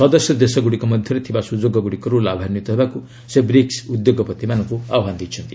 ସଦସ୍ୟଦେଶଗୁଡ଼ିକ ମଧ୍ୟରେ ଥିବା ସୁଯୋଗଗୁଡ଼ିକରୁ ଲାଭାନ୍ୱିତ ହେବାକୁ ସେ ବ୍ରିକ୍ନ ଉଦ୍ୟୋଗପତିମାନଙ୍କୁ ଆହ୍ୱାନ ଦେଇଛନ୍ତି